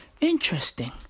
interesting